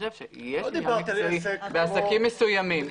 בעסקים מסוימים,